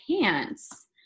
pants